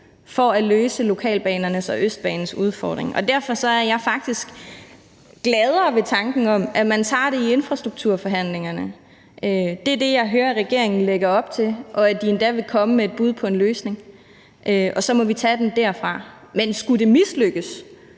for at løse lokalbanernes og Østbanens udfordringer. Derfor er jeg faktisk gladere ved tanken om, at man tager det i infrastrukturforhandlingerne. Det er det, jeg hører regeringen lægge op til, og at de endda vil komme med et bud på en løsning, og så må vi tage den derfra. Men skulle det mislykkes,